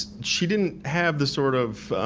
she didn't have the sort of,